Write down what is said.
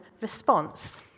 response